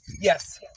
Yes